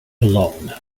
alone